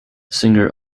singer